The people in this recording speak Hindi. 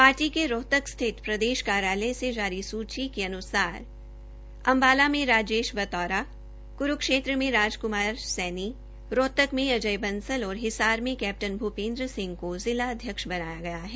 पार्टी के रोहतक स्थित प्रदेश कार्यालय से जारी सूची के अनुसार अम्बाला से राजेश बतौरा क्रूक्षेत्र मे राजक्मार सैनी रोहतक में अजय बंसल और हिसार से कैप्टन भूपेन्द्र का जिला अध्यक्ष बनाया गया है